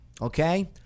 okay